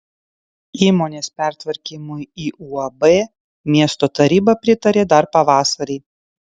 įmonės pertvarkymui į uab miesto taryba pritarė dar pavasarį